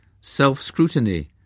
Self-scrutiny